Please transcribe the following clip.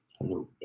Hello